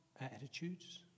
attitudes